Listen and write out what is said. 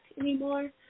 anymore